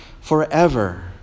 forever